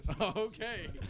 Okay